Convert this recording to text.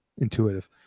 intuitive